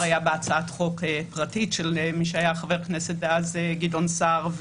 בהצעת חוק פרטית של חבר הכנסת דאז גדעון סער,